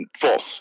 False